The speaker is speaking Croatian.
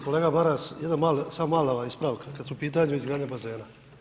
Kolega Maras, jedna mala, samo mala ispravka, kada su u pitanju izgradnja bazena.